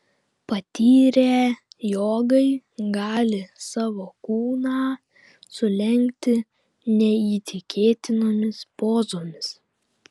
patyrę jogai gali savo kūną sulenkti neįtikėtinomis pozomis